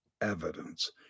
evidence